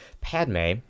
Padme